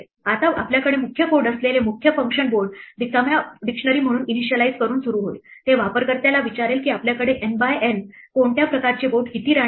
आता आपल्याकडे मुख्य कोड असलेले मुख्य फंक्शन बोर्ड रिकाम्या डिक्शनरी म्हणून इनिशियलाइज करून सुरू होईल ते वापरकर्त्याला विचारेल की आपल्याकडे N बाय N कोणत्या प्रकारचे बोर्ड किती राण्या आहेत